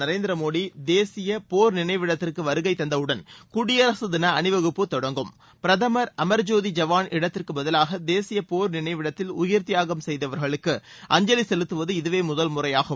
நரேந்திர மோடி தேசிய போர் நினைவிடத்திற்கு வருகை தந்தவுடன் குடியரசு தின அணிவகுப்பு தொடங்கும் பிரதமர் அமர்ஜோதி ஜவான் இடத்திற்கு பதிலாக தேசிய போர் நினைவிடத்தில் உயிர்த்தியாகம் செய்தவர்களுக்கு அஞ்சலி செலுத்துவது இதுவே முதன்முறையாகும்